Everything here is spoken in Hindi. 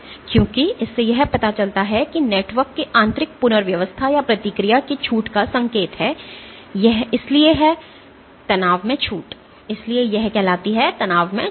क्योंकि इससे यह पता चलता है कि यह नेटवर्क के आंतरिक पुनर्व्यवस्था या प्रतिक्रिया की छूट का संकेत है इसलिए यह है तनाव में छूट